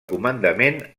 comandament